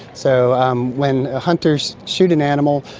so um when ah hunters shoot an animal,